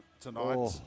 tonight